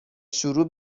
شروع